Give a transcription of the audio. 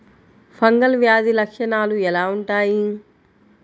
Fungal వ్యాధి లక్షనాలు ఎలా వుంటాయి?